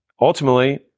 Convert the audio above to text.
ultimately